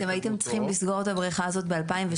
אתם הייתם צריכים לסגור את הבריכה הזאת ב-2017.